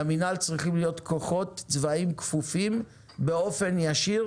למינהל צריכים להיות כוחות צבאיים כפופים באופן ישיר